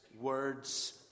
Words